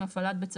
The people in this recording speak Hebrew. מפעיל כלי טיס